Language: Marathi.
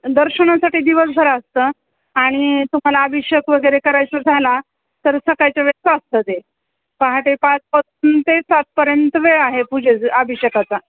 दर्शनासाठी दिवसभर असतं आणि तुम्हाला अभिषेक वगैरे करायचं झाला तर सकाळच्या वेळचं असतं ते पहाटे पाच प ते सातपर्यंत वेळ आहे पूजेचचं अभिषेकाचा